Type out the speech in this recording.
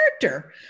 character